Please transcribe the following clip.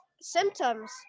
symptoms